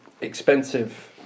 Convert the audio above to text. expensive